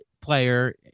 player